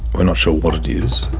we're not sure what it is,